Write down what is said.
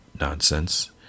nonsense